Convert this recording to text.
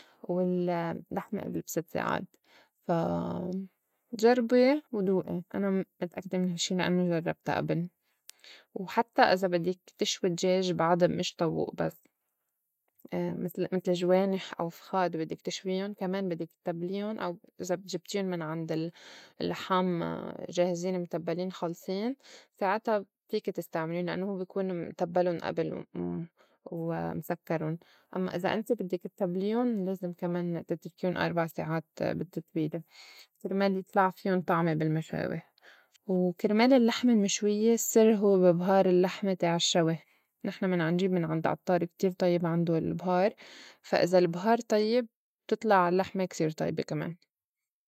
وال- اللحمة قبل بست ساعات فا جربي ودوئي انا متأكدة من هالشّي لأنّو جرّبتا أبل وحتّى إذا بدّك تشوي دجاج بعد مش طاووق بس مسل- متل جوانح أو فخاد بدّك تشويُن كمان بدّك تبليُن أو إذا جبتيون من عند ال- اللّحام جاهزين متبّلين خالصين ساعتا فيكي تستعمليون لأنوا هوّ بيكون متبّلُن أبل وام- و مسكّرُن، أمّا إذا انت بدّك اتّبليُن لازم كمان تتركيُن أربع ساعات بالتتبيلة كرمال يطلع فيُن طعمة بالمشاوي. وكرمال اللّحمة المشويّة السّر هوّ ببهار اللّحمة تاع الشّوي نحن من عن نجيب من عند عطّار كتير طيّب عندوا البهار، فا إذا البهار طيّب بتطلع اللّحمة كتير طيبة كمان.